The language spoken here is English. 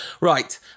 right